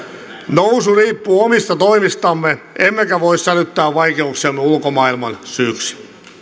nousu riippuu omista toimistamme emmekä voi sälyttää vaikeuksiamme ulkomaailman syyksi